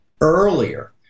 earlier